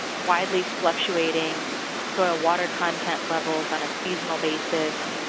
widely fluctuating soil water content levels on a seasonal basis,